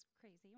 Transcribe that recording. crazy